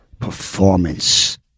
performance